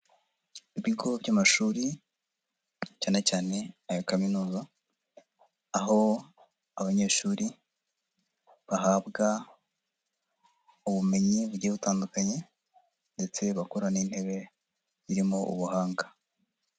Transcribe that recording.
Ibigo by'amashuri cyane cyane aya kaminuza, aho abanyeshuri bahabwa ubumenyi bugiye butandukanye, ndetse bakora n'intebe zirimo ubuhanga.